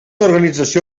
organització